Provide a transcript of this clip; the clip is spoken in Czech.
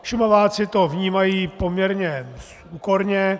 Šumaváci to vnímají poměrně úkorně.